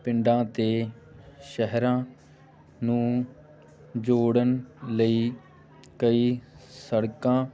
ਪਿੰਡਾਂ ਅਤੇ ਸ਼ਹਿਰਾਂ ਨੂੰ ਜੋੜਨ ਲਈ ਕਈ ਸੜਕਾਂ